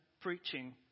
preaching